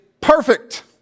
perfect